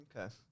Okay